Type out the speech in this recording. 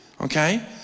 Okay